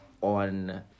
on